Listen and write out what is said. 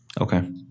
Okay